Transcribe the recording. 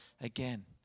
again